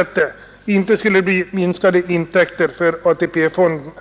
att det inte skulle bli minskade intäkter för AP-fonden.